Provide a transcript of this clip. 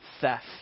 theft